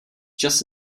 just